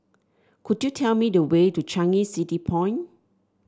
could you tell me the way to Changi City Point